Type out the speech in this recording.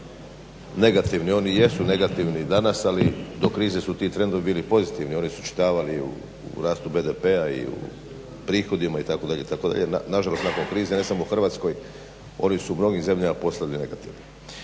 negativni. Oni jesu negativni danas, ali do krize su ti trendovi bili pozitivni. Oni su se očitovali u rastu BDP-a i u prihodima itd. itd. Na žalost nakon krize ne samo u Hrvatskoj oni su u mnogim zemljama postavljeni negativno.